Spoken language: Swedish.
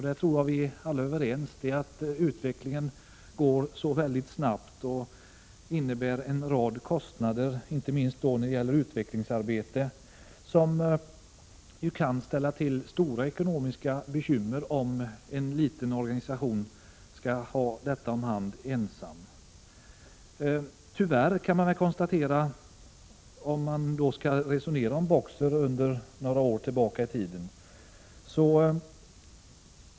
Jag tror att vi är överens om att utvecklingen går mycket snabbt och innebär en rad kostnader, inte minst då det gäller utvecklingsarbete. Det kan ställa till stora ekonomiska bekymmer, om en liten organisation skall ta hand om verksamheten ensam. Låt oss resonera litet om BOKSER och se några år tillbaka i tiden.